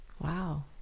Wow